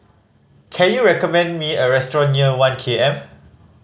can you recommend me a restaurant near One K M